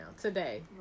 today